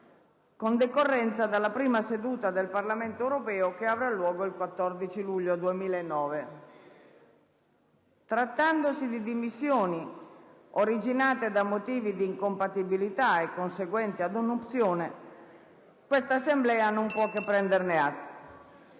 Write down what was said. con decorrenza dalla prima seduta del Parlamento europeo, che avrà luogo il 14 luglio 2009. Trattandosi di dimissioni originate da motivi di incompatibilità e conseguenti ad un'opzione, quest'Assemblea non può che prenderne atto.